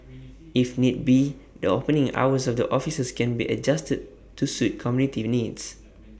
if need be the opening hours of the offices can be adjusted to suit community the needs